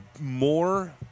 more